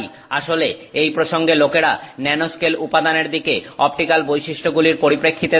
এবং তাই আসলে এই প্রসঙ্গে লোকেরা ন্যানোস্কেল উপাদানের দিকে অপটিক্যাল বৈশিষ্ট্যগুলির পরিপ্রেক্ষিতে দেখে